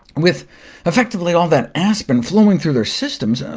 with effectively all that aspirin flowing through their systems,